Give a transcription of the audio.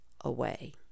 away